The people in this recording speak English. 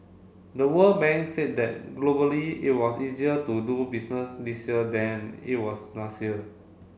the World Bank said that globally it was easier to do business this year than it was last year